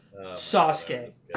Sasuke